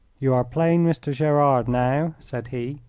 you are plain mr. gerard now, said he,